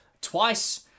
twice